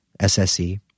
SSE